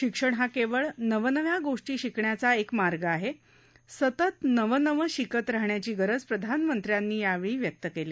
शिक्षण हा केवळ नवनव्या गोष्टी शिकण्याचा एक मार्ग आहे सतत नवनवं शिकत राहण्याची गरज प्रधानमंत्र्यांनी यावेळी व्यक्त केली